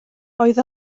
oedd